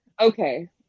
Okay